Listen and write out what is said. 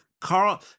Carl